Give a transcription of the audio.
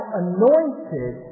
anointed